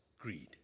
Greed